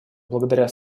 благодаря